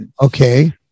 Okay